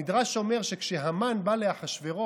המדרש אומר שכשהמן בא לאחשוורוש